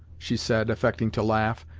she said, affecting to laugh.